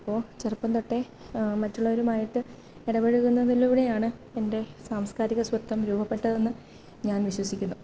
അപ്പോള് ചെറുപ്പം തൊട്ടേ മറ്റുള്ളവരുമായിട്ട് ഇടപഴകുന്നതിലൂടെയാണ് എൻ്റെ സാംസ്കാരികസ്വത്വം രൂപപ്പെട്ടതെന്ന് ഞാൻ വിശ്വസിക്കുന്നു